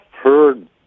heard